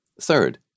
Third